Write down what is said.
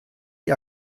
die